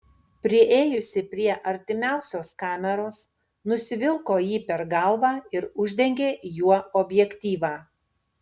priėjusi prie artimiausios kameros nusivilko jį per galvą ir uždengė juo objektyvą